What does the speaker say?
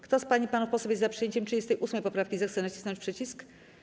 Kto z pań i panów posłów jest za przyjęciem 38. poprawki, zechce nacisnąć przycisk.